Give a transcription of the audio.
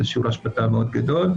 זה שיעור השבתה מאוד גדול.